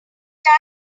time